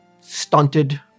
stunted